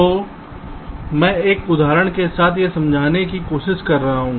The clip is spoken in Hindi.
तो मैं एक उदाहरण के साथ यह समझाने की कोशिश करता हूं